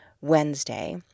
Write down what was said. Wednesday